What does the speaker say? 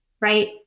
right